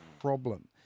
problem